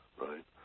right